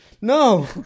no